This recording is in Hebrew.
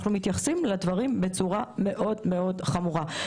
אנחנו מתייחסים לדברים בצורה מאוד חמורה.